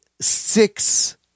six